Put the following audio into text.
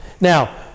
now